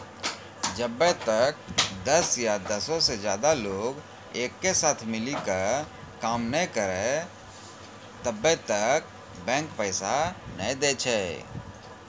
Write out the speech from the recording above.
जब्बै तक दस या दसो से ज्यादे लोग एक साथे मिली के काम नै करै छै तब्बै तक बैंक पैसा नै दै छै